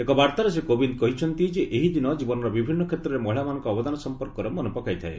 ଏକ ବାର୍ତ୍ତାରେ ଶ୍ରୀ କୋବିନ୍ଦ କହିଛନ୍ତି ଯେ ଏହିଦିନ ଜୀବନର ବିଭିନ୍ନ କ୍ଷେତ୍ରରେ ମହିଳାମାନଙ୍କ ଅବଦାନ ସଫପର୍କରେ ମନେପକାଇଥାଏ